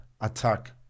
attack